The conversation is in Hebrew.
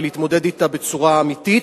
ולהתמודד אתה בצורה אמיתית,